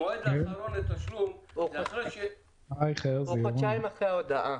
המועד האחרון לתשלום הוא חודשיים אחרי ההודעה.